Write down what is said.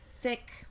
thick